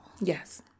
Yes